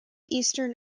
eastern